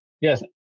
Yes